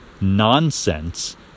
nonsense